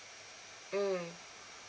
mm